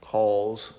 calls